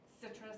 citrus